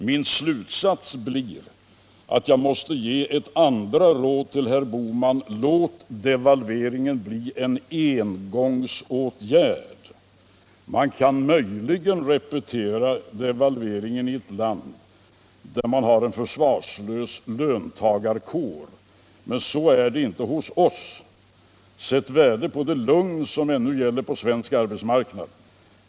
”Min slutsats blir”, sade jag vidare, ”att jag måste ge ett andra råd till herr Bohman: Låt devalveringen bli en engångsåtgärd. ——-- Man kan möjligen repetera devalveringen i ett land, om man har en försvarslös löntagarkår. Så är det inte hos oss. -—-—- Sätt värde på det lugn som ännu gäller på svensk arbetsmarknad.